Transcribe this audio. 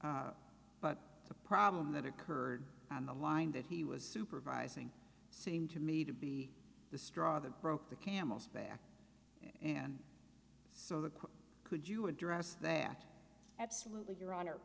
evaluated but the problem that occurred on the line that he was supervising seemed to me to be the straw that broke the camel's back and so that could you address that absolutely your hon